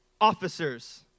officers